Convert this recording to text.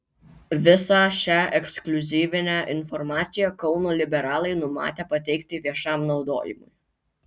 visą šią ekskliuzyvinę informaciją kauno liberalai numatę pateikti viešam naudojimui